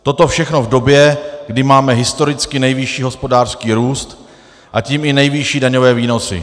Toto všechno v době, kdy máme historicky nejvyšší hospodářský růst, a tím i nejvyšší daňové výnosy.